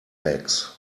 legs